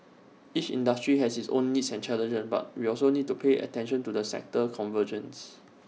each industry has its own needs and challenges but we also need to pay attention to the sector convergence